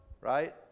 Right